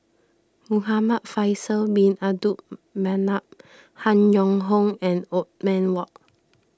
Muhamad Faisal Bin Abdul Manap Han Yong Hong and Othman Wok